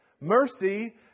mercy